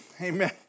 amen